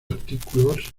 artículos